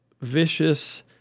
vicious